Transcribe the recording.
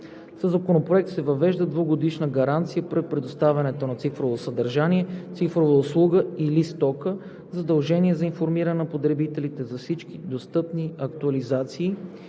Със Законопроекта се въвежда двегодишна гаранция при предоставянето на цифрово съдържание, цифрова услуга или стока, задължение за информиране на потребителите за всички достъпни актуализации,